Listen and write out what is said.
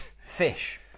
Fish